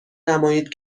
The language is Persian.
نمایید